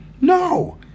No